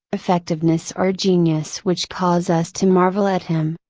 effectiveness or genius which cause us to marvel at him.